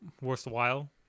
worthwhile